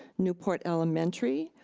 newport elementary,